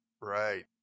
Right